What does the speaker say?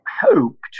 hoped